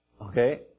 Okay